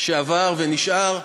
שעבר ונשאר.